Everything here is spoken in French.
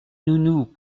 nounou